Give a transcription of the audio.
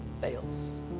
fails